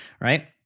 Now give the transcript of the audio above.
right